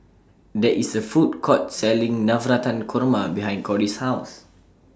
There IS A Food Court Selling Navratan Korma behind Cory's House